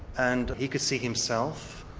and he could see himself,